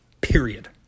Period